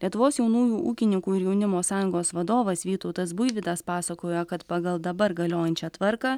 lietuvos jaunųjų ūkininkų ir jaunimo sąjungos vadovas vytautas buivydas pasakojo kad pagal dabar galiojančią tvarką